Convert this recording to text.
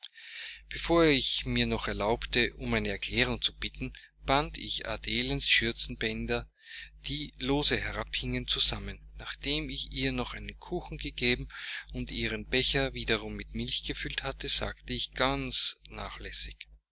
bevor ich mir noch erlaubte um eine erklärung zu bitten band ich adelens schürzenbänder die lose herabhingen zusammen nachdem ich ihr noch einen kuchen gegeben und ihren becher wiederum mit milch gefüllt hatte sagte ich ganz nachlässig